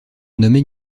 nomment